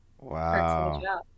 wow